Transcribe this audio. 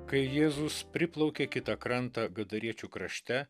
kai jėzus priplaukė kitą krantą gadariečių krašte